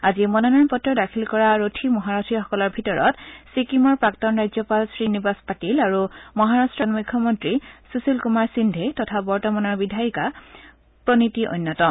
আজি মনোনয়ন পত্ৰ দাখিল কৰা ৰথী মহাৰথীসকলৰ ভিতৰত চিকিমৰ প্ৰাক্তন ৰাজ্যপাল শ্ৰীনিৱাস পাটীল আৰু মহাৰট্টৰ প্ৰাক্তন মূখ্যমন্ত্ৰী সুশিল কুমাৰ সিন্ধে তথা বৰ্তমানৰ বিধায়িকা প্ৰণিতী অন্যতম